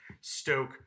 stoke